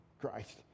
christ